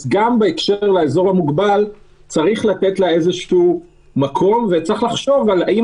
אז גם בהקשר לאזור המוגבל צריך לתת לה איזשהן מקום ולחשוב האם